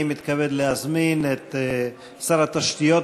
אני מתכבד להזמין את שר התשתיות,